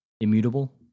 immutable